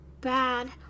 bad